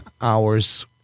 hours